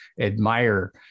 admire